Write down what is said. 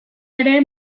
ere